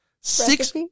Six